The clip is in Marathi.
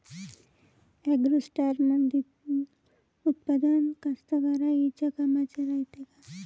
ॲग्रोस्टारमंदील उत्पादन कास्तकाराइच्या कामाचे रायते का?